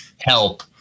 help